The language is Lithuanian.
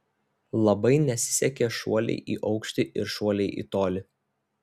labai nesisekė šuoliai į aukštį ir šuoliai į tolį